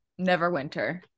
Neverwinter